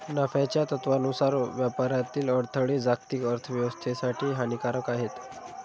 नफ्याच्या तत्त्वानुसार व्यापारातील अडथळे जागतिक अर्थ व्यवस्थेसाठी हानिकारक आहेत